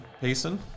Payson